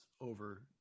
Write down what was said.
over